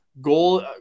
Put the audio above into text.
goal